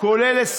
הצבעה מס'